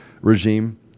regime